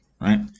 right